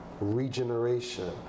regeneration